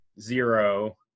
zero